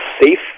safe